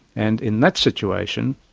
and in that situation,